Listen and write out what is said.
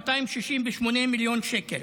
268 מיליוני שקל,